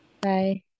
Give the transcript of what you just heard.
Bye